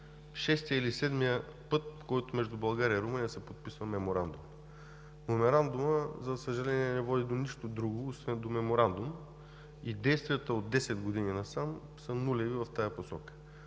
шестият или седмият път, в който между България и Румъния се подписва меморандум. Меморандумът, за съжаление, не води до нищо друго, освен до меморандум, и действията от 10 години насам са нулеви в тази посока.